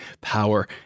power